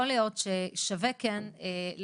יכול להיות ששווה כן לשקול,